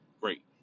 Great